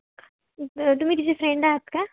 तुम्ही तिचे फ्रेंड आहात का